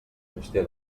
gestió